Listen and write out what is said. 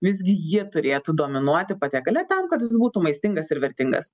visgi ji turėtų dominuoti patiekale ten kad jis būtų maistingas ir vertingas